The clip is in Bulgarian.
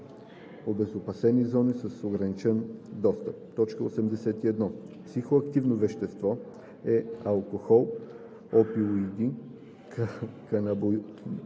обезопасени зони с ограничен достъп. 81. „Психоактивно вещество“ е алкохол, опиоиди, канабиноиди,